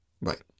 Right